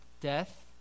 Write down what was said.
death